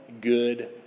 good